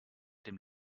dem